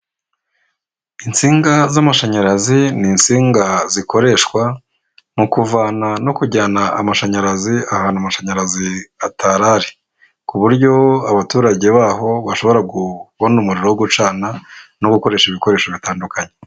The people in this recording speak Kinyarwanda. Insinga z'amashanyarazi ni insinga zikoreshwa mu kuvana no kujyana amashanyarazi ahantu amashanyarazi atarari, ku buryo abaturage baho bashobora kubona umuriro wo gucana no gukoresha ibikoresho bitandukanye.